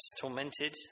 tormented